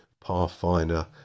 Pathfinder